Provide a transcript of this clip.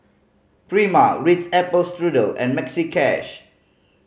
Prima Ritz Apple Strudel and Maxi Cash